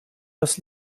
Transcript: das